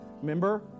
Remember